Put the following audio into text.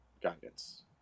guidance